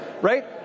Right